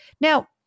now